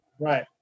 Right